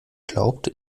glaubt